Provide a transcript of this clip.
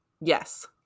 Yes